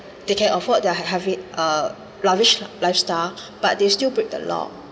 they can afford their ha~ have it uh lavish lifestyle but they still break the law